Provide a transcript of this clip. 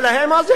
אז יגידו,